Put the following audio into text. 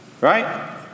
right